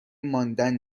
ماندن